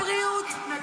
הוא הקשיב למה שאמרת.